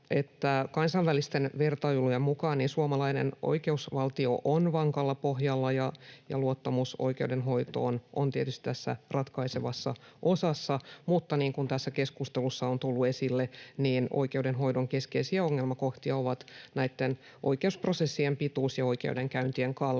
kansainvälisten vertailujen mukaan suomalainen oikeusvaltio on vankalla pohjalla ja luottamus oikeudenhoitoon on tietysti tässä ratkaisevassa osassa, mutta niin kuin tässä keskustelussa on tullut esille, oikeudenhoidon keskeisiä ongelmakohtia ovat oikeusprosessien pituus ja oikeudenkäyntien kalleus